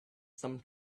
some